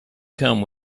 come